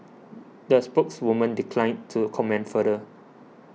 the spokeswoman declined to comment further